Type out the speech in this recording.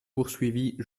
poursuivis